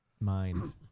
mind